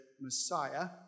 Messiah